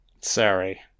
Sorry